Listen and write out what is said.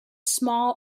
small